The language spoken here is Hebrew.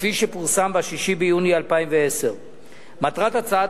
כפי שפורסם ב-6 ביוני 2010. מטרת הצעת